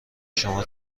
شما